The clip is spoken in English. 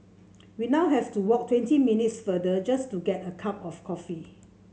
we now have to walk twenty minutes farther just to get a cup of coffee